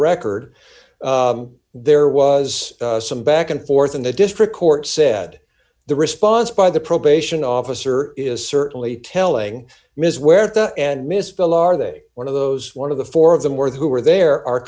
record there was some back and forth and the district court said the response by the probation officer is certainly telling ms where to and misspell are they one of those one of the four of them were who were there are